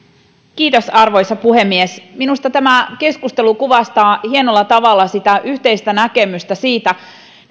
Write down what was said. hyvä arvoisa puhemies minusta tämä keskustelu kuvastaa hienolla tavalla sitä yhteistä näkemystä siitä